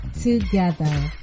together